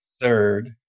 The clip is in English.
third